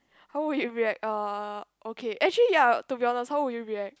how would you react uh okay actually ya to be honest how would you react